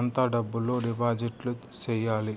ఎంత డబ్బులు డిపాజిట్లు సెయ్యాలి?